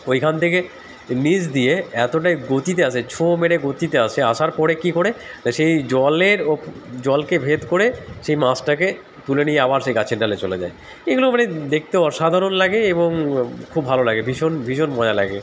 ওইখান থেকে নিচ দিয়ে এতটাই গতিতে আসে ছোঁ মেরে গতিতে আসে আসার পরে কী করে সেই জলের ও জলকে ভেদ করে সেই মাছটাকে তুলে নিয়ে আবার সেই গাছের ডালে চলে যায় এগুলো মানে দেখতে অসাধারণ লাগে এবং খুব ভালো লাগে ভীষণ ভীষণ মজা লাগে